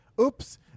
oops